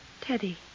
Teddy